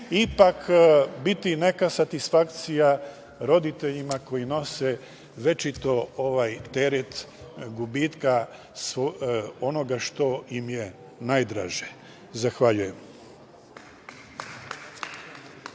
ipak biti neka satisfakcija roditeljima koji nose večiti teret gubitka onoga što im je najdraže. Zahvaljujem.